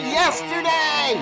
yesterday